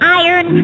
iron